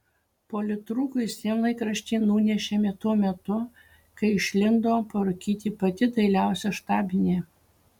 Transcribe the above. politrukui sienlaikraštį nunešėme tuo metu kai išlindo parūkyti pati dailiausia štabinė